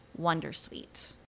Wondersuite